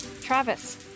Travis